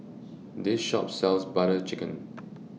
This Shop sells Butter Chicken